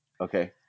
okay